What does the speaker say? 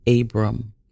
Abram